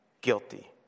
guilty